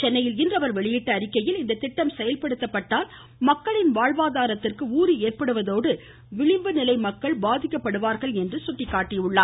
சென்னையில் இன்று அவர் வெளியிட்டுள்ள அறிக்கையில் இந்த திட்டம் செயல்படுத்தப்பட்டால் மக்களின் வாழ்வாதாரத்திற்கு ஊறு ஏற்படுவதோடு விழிம்பு நிலை மக்கள் பாதிக்கப்படுவார்கள் என்றும் கூறியுள்ளார்